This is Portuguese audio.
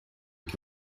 que